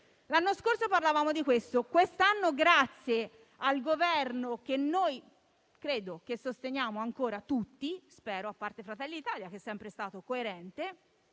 L'anno scorso parlavamo di questo; quest'anno invece, grazie al Governo che spero sosteniamo ancora tutti, a parte Fratelli Italia che è sempre stato coerente,